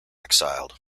exiled